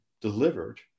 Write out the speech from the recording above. delivered